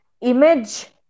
image